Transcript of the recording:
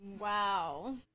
Wow